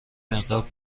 مقدار